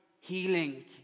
healing